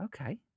Okay